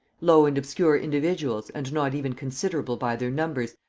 low and obscure individuals and not even considerable by their numbers,